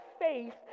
faith